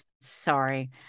sorry